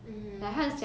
mmhmm